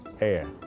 air